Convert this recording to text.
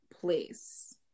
place